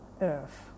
earth